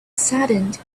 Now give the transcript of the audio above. saddened